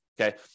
Okay